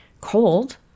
cold